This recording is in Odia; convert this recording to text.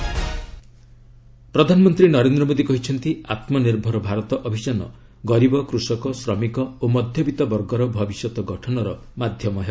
ପିଏମ୍ ଆତ୍ମନିର୍ଭର ଭାରତ ପ୍ରଧାନମନ୍ତ୍ରୀ ନରେନ୍ଦ୍ର ମୋଦୀ କହିଛନ୍ତି ଆତ୍ମନିର୍ଭର ଭାରତ ଅଭିଯାନ ଗରିବ କୃଷକ ଶ୍ରମିକ ଓ ମଧ୍ୟବିଭ ବର୍ଗର ଭବିଷ୍ୟତ ଗଠନର ମାଧ୍ୟମ ହେବ